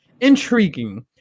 intriguing